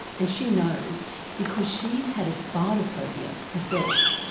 and she knows because she's had a spider phobia herself.